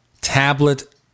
tablet